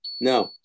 No